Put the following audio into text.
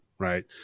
Right